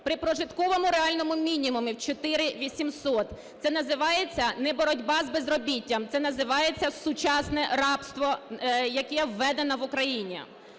при прожитковому реальному мінімумі 4800. Це називається не боротьба з безробіттям - це називається сучасне рабство, яке введено в Україні.